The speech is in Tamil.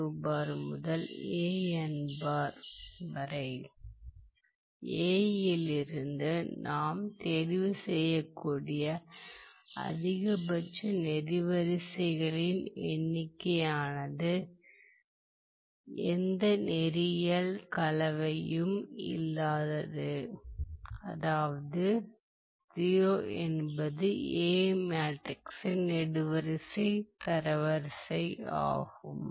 A இலிருந்து நாம் தேர்வுசெய்யக்கூடிய அதிகபட்ச நெடுவரிசைகளின் எண்ணிக்கையானது எந்த நேரியல் கலவையும் இல்லை அதாவது 0 என்பது A மேட்ரிக்ஸின் நெடுவரிசை தரவரிசை ஆகும்